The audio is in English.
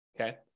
okay